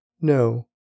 No